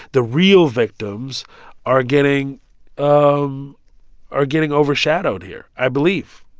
the real victims are getting um are getting overshadowed here, i believe.